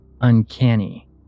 uncanny